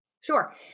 Sure